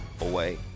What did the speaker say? away